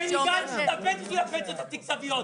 בני גנץ התאבד בשביל הפנסיות התקציביות,